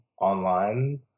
online